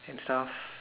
and stuff